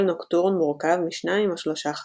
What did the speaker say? כשכל נוקטורן מורכב משניים או שלושה חלקים.